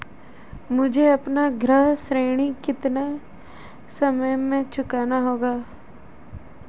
मुझे अपना गृह ऋण कितने समय में चुकाना होगा?